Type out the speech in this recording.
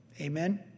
Amen